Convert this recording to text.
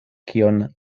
kion